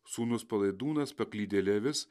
sūnus palaidūnas paklydele avis